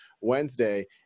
Wednesday